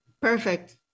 Perfect